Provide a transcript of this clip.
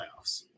playoffs